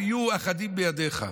הם יהיו "לאחדים בידך".